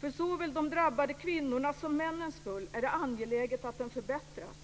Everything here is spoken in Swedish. För såväl de drabbade kvinnornas som männens skull är det angeläget att den förbättras.